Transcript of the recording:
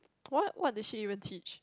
what what did she even teach